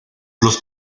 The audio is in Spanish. los